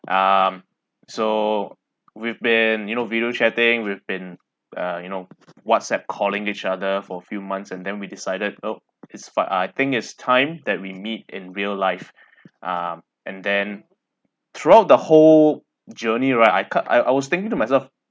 um so we've been you know video chatting we've been uh you know whatsapp calling each other for a few months and then we decided oh it's fa~ uh I think it's time that we meet in real life ah and then throughout the whole journey right I ca~ I I was thinking to myself